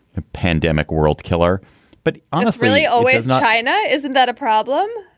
a pandemic world killer but honest, really. oh, it's not china. isn't that a problem?